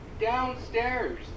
downstairs